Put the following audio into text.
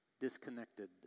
disconnected